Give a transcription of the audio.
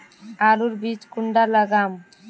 आलूर बीज कुंडा लगाम?